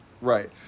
right